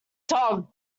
dog